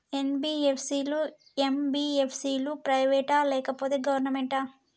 NBFC లు, MBFC లు private ఆ లేకపోతే గవర్నమెంటా?